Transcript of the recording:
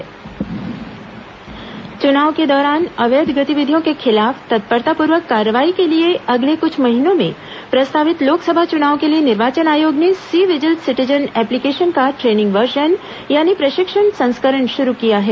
निर्वाचन आयोग C vigil चुनाव के दौरान अवैध गतिविधियों के खिलाफ तत्परतापूर्वक कार्रवाई के लिए अगले क्छ महीनों में प्रस्तावित लोकसभा चुनाव के लिए निर्वाचन आयोग ने सी विजिल सिटीजन एप्लीकेशन का ट्रेनिंग वर्सन यानी प्रशिक्षण संस्करण शुरू किया है